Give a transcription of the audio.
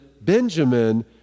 Benjamin